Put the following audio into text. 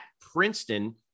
Princeton